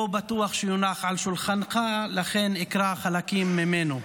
לא בטוח שיונח על שולחנך, לכן אקרא חלקים ממנו.